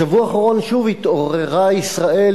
בשבוע האחרון שוב התעוררה ישראל,